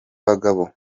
bagabo